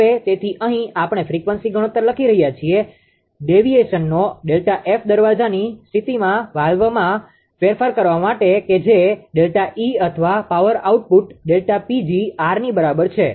હવે તેથી અહીં આપણે ફ્રીક્વન્સી ગુણોત્તર લખી રહ્યા છીએ ડેવીએસનનો ΔF દરવાજાની સ્થિતિમાં વાલ્વમાં ફેરફાર કરવા માટે કે જે ΔE અથવા પાવર આઉટપુટ ΔPજી આર ની બરાબર છે